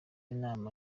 inama